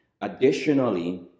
Additionally